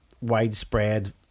widespread